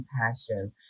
compassion